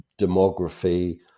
Demography